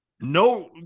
No